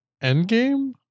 Endgame